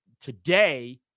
today